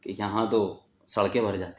کہ یہاں تو سڑکیں بھر جاتی